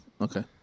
Okay